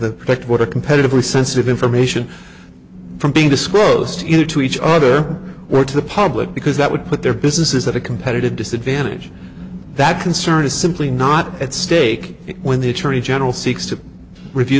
effect what are competitively sensitive information from being disclosed either to each other or to the public because that would put their businesses at a competitive disadvantage that concern is simply not at stake when the attorney general